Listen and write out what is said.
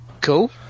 Cool